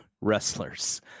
wrestlers